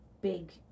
big